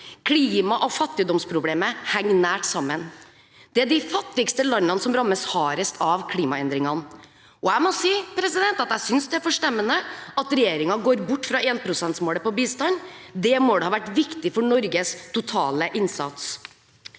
Klima- og fattigdomsproblemet henger nært sammen. Det er de fattigste landene som rammes hardest av klimaendringene. Jeg må si at jeg synes det er forstemmende at regjeringen går ut bort fra 1 pst.-målet for bistand. Det målet har vært viktig for Norges totale innsats.